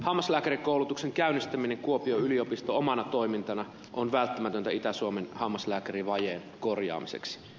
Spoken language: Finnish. hammaslääkärikoulutuksen käynnistäminen kuopion yliopiston omana toimintana on välttämätöntä itä suomen hammaslääkärivajeen korjaamiseksi